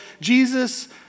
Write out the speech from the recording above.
Jesus